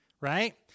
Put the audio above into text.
right